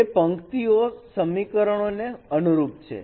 તે પંક્તિઓ સમીકરણોને અનુરૂપ છે